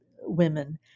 women